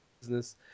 business